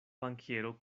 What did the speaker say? bankiero